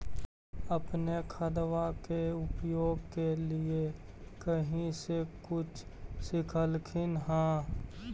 अपने खादबा के उपयोग के लीये कही से कुछ सिखलखिन हाँ?